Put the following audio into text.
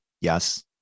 yes